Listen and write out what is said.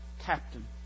captain